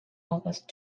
august